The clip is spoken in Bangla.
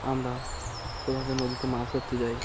আমরা প্রধানত নদীতে মাছ ধরতে যাই